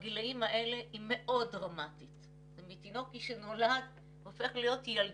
במגזר הערבי הוא כ-27% מכלל הפעוטות